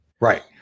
Right